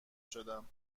شدم